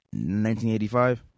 1985